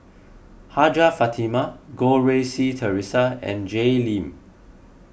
Hajjah Fatimah Goh Rui Si theresa and Jay Lim